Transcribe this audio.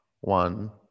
one